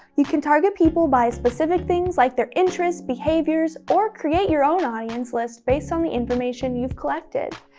you can target people by specific things like their interests, behaviors, or create your own audience lists based on the information you've collected.